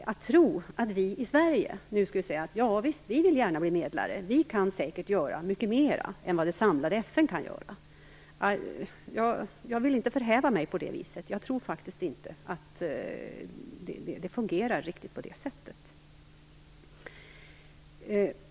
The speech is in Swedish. Jag vill inte förhäva mig genom att säga att vi i Sverige gärna vill bli medlare och tro att vi kan göra mycket mera än vad det samlade FN kan göra. Jag tror faktiskt inte att det fungerar riktigt på det sättet.